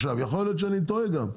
עכשיו, יכול להיות שאני טועה גם,